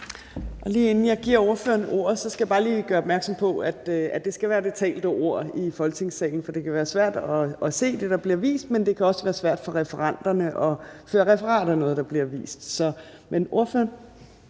Torp): Inden jeg giver ordføreren ordet, skal jeg bare lige gøre opmærksom på, at det skal være det talte ord, der bliver brugt i Folketingssalen, for det kan være svært at se det, der bliver vist, men det kan også være svært for referenterne at føre referat af noget, der bliver vist. Men nu er det ordføreren.